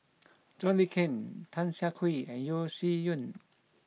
John Le Cain Tan Siah Kwee and Yeo Shih Yun